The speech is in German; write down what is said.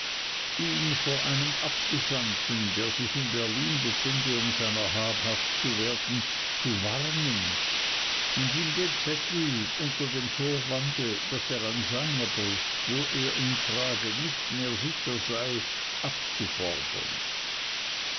ihn vor einem abgesandten der sich in berlin befinde um seiner habhaft zu werden zu warnen und ihm den zettel unter dem vorwande daß er an seiner brust wo er ihn trage nicht mehr sicher sei abzufordern